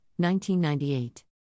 1998